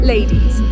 Ladies